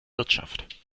wirtschaft